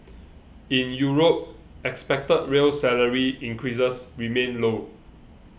in Europe expected real salary increases remain low